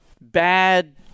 bad